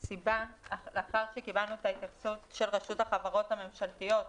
לאחר שקיבלנו את ההתייחסות של רשות החברות הממשלתיות,